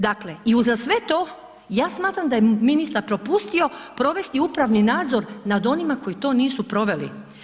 Dakle i uza sve to ja smatram da je ministar propustio provesti upravni nadzor nad onima koji to nisu proveli.